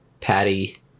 patty